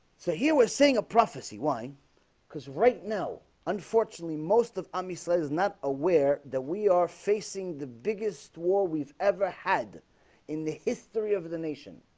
so here we're seeing a prophecy why because right now unfortunately most of em isla is not aware that we are facing the biggest war. we've ever had in the history of the nation